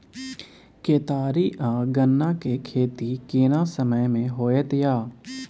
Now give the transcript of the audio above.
केतारी आ गन्ना के खेती केना समय में होयत या?